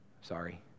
Sorry